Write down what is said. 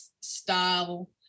style